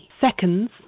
seconds